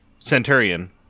centurion